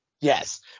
yes